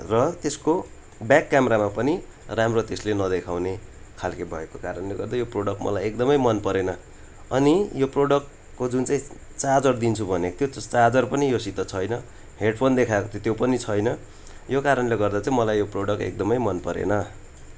र त्यसको ब्याक क्यामरामा पनि राम्रो त्यसले नदेखाउने खालके भएको कारणले गर्दा यो प्रडक्ट मलाई एकदमै मन परेन अनि यो प्रडक्टको जुन चाहिँ चार्जर दिन्छु भनेको थियो चार्जर पनि योसित छैन हेडफोन देखाएको थियो त्यो पनि छैन यो कारणले गर्दा चाहिँ मलाई यो प्रोडक्ट एकदमै मन परेन